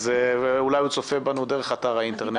ואולי הוא צופה איתנו דרך אתר האינטרנט,